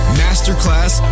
masterclass